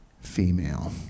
female